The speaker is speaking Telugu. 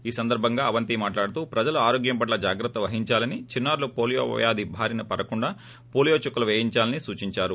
ఈ సందర్బంగా అవంతి మాట్లాడుతూ ప్రజలు ఆరోగ్యం పట్ల జాగ్రత్త వహించాలని చిన్నారులు వోలియో వ్యాధి బారిన పడకుండా పోలీయో చుక్కలు పేయించాలని సూచించారు